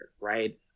right